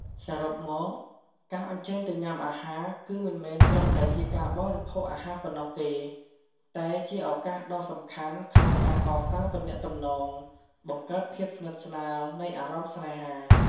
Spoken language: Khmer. សរុបមក ការអញ្ជើញទៅញ៉ាំអាហារ គឺមិនមែនត្រឹមតែជាការបរិភោគអាហារប៉ុណ្ណោះទេ តែជាឱកាសដ៏សំខាន់ក្នុងការកសាងទំនាក់ទំនង បង្កើតភាពស្និទ្ធស្នាលនៃអារម្មណ៍ស្នេហា។